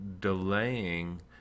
delaying